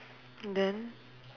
and then